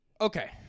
Okay